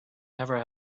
never